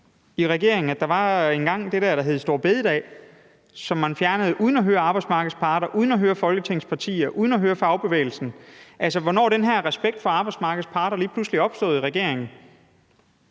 i regeringen kan huske, at der engang var det, der hed store bededag, og som man fjernede uden at høre arbejdsmarkedets parter, uden at høre Folketingets partier og uden at høre fagbevægelsen. Altså, hvornår er den her respekt for arbejdsmarkedets parter lige pludselig opstået i regeringen?